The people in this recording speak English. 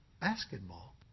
basketball